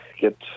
get